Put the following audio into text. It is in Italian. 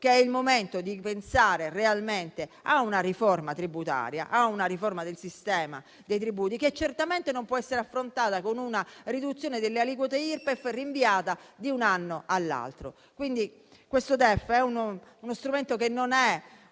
è il momento di pensare realmente a una riforma tributaria, a una riforma del sistema dei tributi, che certamente non può essere affrontata con una riduzione delle aliquote Irpef rinviata da un anno all'altro. Quindi, questo DEF è uno strumento che non